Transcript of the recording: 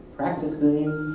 practicing